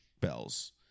bells